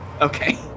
Okay